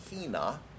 hina